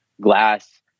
glass